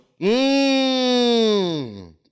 Mmm